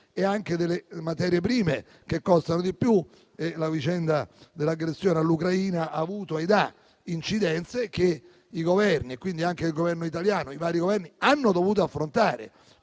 e delle materie prime che costano di più e la vicenda dell'aggressione all'Ucraina ha avuto ed ha incidenze che i vari Governi, e quindi anche il Governo italiano, hanno dovuto affrontare.